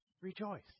rejoice